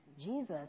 Jesus